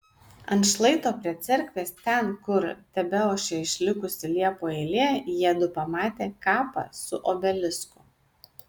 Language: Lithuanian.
ant šlaito prie cerkvės ten kur tebeošė išlikusi liepų eilė jiedu pamatė kapą su obelisku